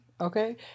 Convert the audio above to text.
okay